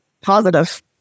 positive